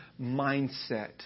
mindset